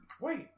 wait